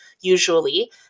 usually